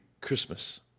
Christmas